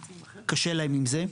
קשה להם עם זה.